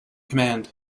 command